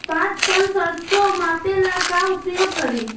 पाँच टन सरसो मापे ला का उपयोग करी?